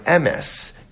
MS